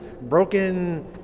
broken